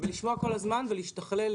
לשמוע כל הזמן ולהשתכלל,